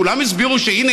כולם הסבירו שהינה,